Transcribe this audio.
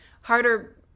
harder